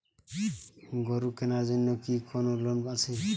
গরু কেনার জন্য কি কোন লোন আছে?